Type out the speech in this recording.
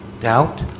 Doubt